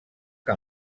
que